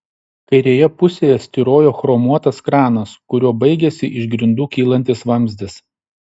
kairėje pusėje styrojo chromuotas kranas kuriuo baigėsi iš grindų kylantis vamzdis